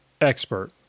expert